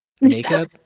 makeup